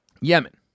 Yemen